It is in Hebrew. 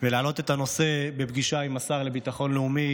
ולהעלות את הנושא בפגישה עם השר לביטחון לאומי,